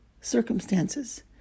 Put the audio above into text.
circumstances